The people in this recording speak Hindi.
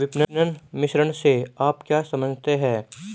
विपणन मिश्रण से आप क्या समझते हैं?